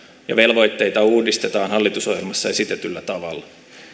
ja velvoitteita uudistetaan hallitusohjelmassa esitetyllä tavalla